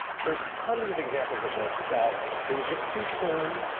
there's tons of examples of this that it was just too soon.